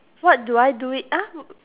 what do I do it ah